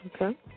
Okay